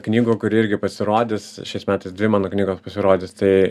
knygų kuri irgi pasirodys šiais metais dvi mano knygos pasirodys tai